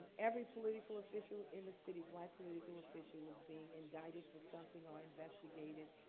every political official in the city, black political official, was being indicted for something or investigated.